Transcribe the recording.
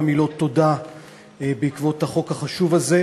מילות תודה בעקבות קבלת החוק החשוב הזה.